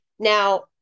Now